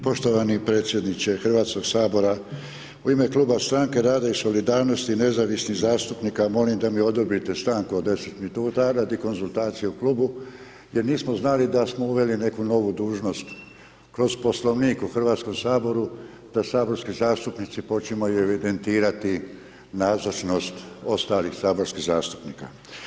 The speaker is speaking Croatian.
Poštovani predsjedniče Hrvatskog sabora, u ime Kluba Strane rada i solidarnosti nezavisnih zastupnika molim da mi odobrite stanku od 10 minuta radi konzultacije u klubu jer nismo znali da smo uveli neku novu dužnost kroz Poslovnik u Hrvatskom saboru da saborski zastupnici počinju evidentirati nazočnost ostalih saborskih zastupnika.